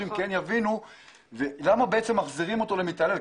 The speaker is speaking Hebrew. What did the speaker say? ושאנשים כן יבינו למה מחזירים אותם למתעלל.